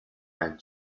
and